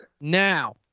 now